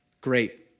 Great